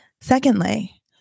Secondly